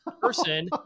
person